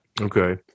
Okay